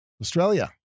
Australia